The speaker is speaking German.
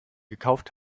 gekauft